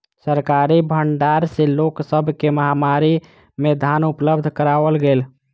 सरकारी भण्डार सॅ लोक सब के महामारी में धान उपलब्ध कराओल गेल